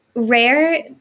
rare